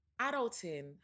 Adulting